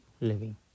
living